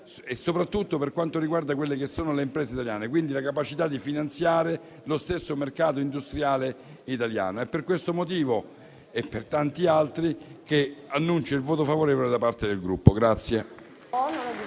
soprattutto per quanto riguarda le imprese italiane e la capacità di finanziare lo stesso mercato industriale italiano. È per questo motivo e per tanti altri che annuncio il voto favorevole da parte del mio Gruppo